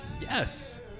Yes